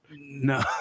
No